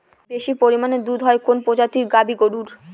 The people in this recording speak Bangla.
বেশি পরিমানে দুধ হয় কোন প্রজাতির গাভি গরুর?